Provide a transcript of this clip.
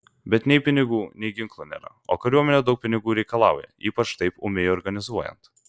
bet nei pinigų nei ginklų nėra o kariuomenė daug pinigų reikalauja ypač taip ūmiai organizuojant